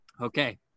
Okay